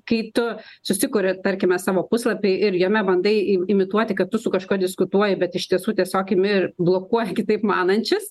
kai tu susikuri tarkime savo puslapį ir jame bandai im imituoti kad tu su kažkuo diskutuoji bet iš tiesų tiesiog imi ir blokuoji kitaip manančius